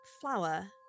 flower